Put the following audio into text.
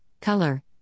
color